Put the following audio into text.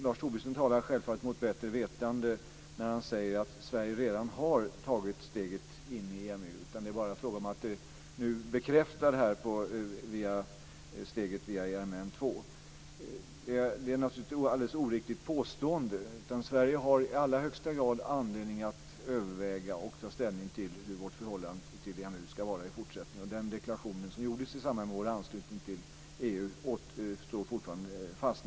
Lars Tobisson talar självfallet mot bättre vetande när han säger att Sverige redan har tagit steget in i EMU, och att det bara är fråga om att nu bekräfta detta via steget med ERM2. Det är naturligtvis ett alldeles oriktigt påstående. Sverige har i allra högsta grad anledning att överväga och ta ställning till hur vårt förhållande till EMU ska vara i fortsättningen. Den deklaration som gjordes i samband med Sveriges anslutning till EU står naturligtvis fortfarande fast.